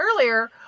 earlier